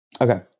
Okay